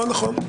נכון, נכון.